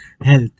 health